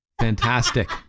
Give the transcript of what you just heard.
fantastic